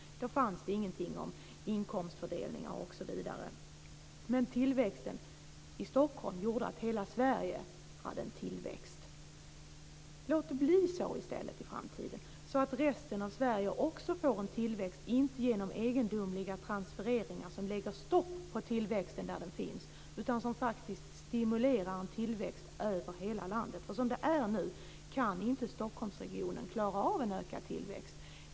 Det fanns ingenting av inkomstfördelning osv. Men tillväxten i Stockholm gjorde att hela Sverige hade en tillväxt. Låt det bli så i stället i framtiden så att resten av Sverige också får en tillväxt, inte genom egendomliga transfereringar som lägger stopp på tillväxten där den finns utan som faktiskt stimulerar en tillväxt över hela landet. Som det är nu kan inte Stockholmsregionen klara av en ökad tillväxt.